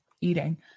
eating